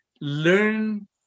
Learn